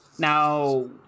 Now